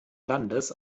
landes